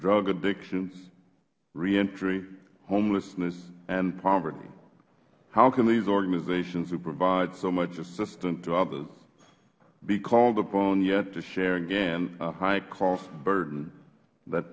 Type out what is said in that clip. drug addictions reentry homelessness and poverty how can these organizations who provide so much assistance to others be called upon yet to share again a high cost burden that